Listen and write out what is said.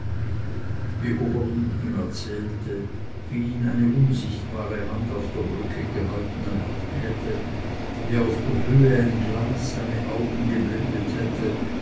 wie oberlin ihm erzählte wie ihn eine unsichtbare hand auf der brücke gehalten hätte wie auf der höhe ein glanz seine augen geblendet hatte